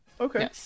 Okay